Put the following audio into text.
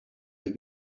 have